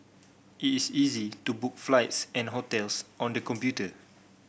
it is is easy to book flights and hotels on the computer